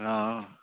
हँ